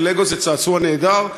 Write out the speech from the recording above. לגו זה צעצוע נהדר,